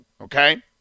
okay